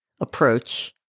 approach